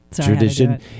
Tradition